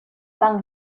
tan